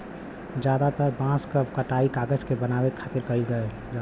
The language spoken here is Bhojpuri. जादातर बांस क कटाई कागज के बनावे खातिर करल जाला